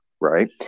Right